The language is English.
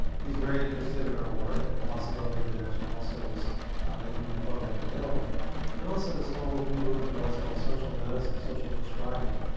he's very interested in our work and the possibility of the national health service um making the program available and also this whole new movement of what's called social medicine, social prescribing.